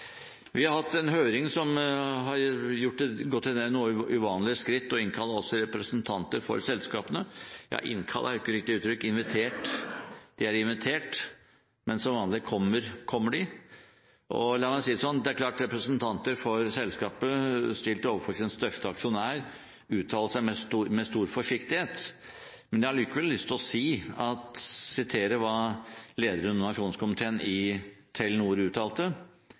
Vi har hatt en høring hvor vi har gått til det noe uvanlige skritt å innkalle også representanter for selskapene. Innkalle er ikke riktig uttrykk – de er invitert, men som vanlig kommer de. Og la meg si det sånn: Det er klart at representanter for selskapet stilt overfor sin største aksjonær, uttaler seg med stor forsiktighet, men jeg har allikevel lyst til å sitere hva lederen av nominasjonskomiteen i Telenor uttalte.